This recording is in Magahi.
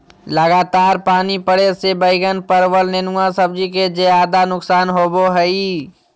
लगातार पानी पड़े से बैगन, परवल, नेनुआ सब्जी के ज्यादा नुकसान होबो हइ